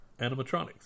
animatronics